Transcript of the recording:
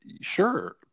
sure